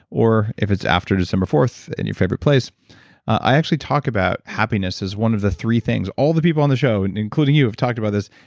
or if it's after december fourth, in your favorite place i actually talk about happiness as one of the three things. all the people on the show and including you have talked about this.